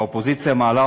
האופוזיציה מעלה,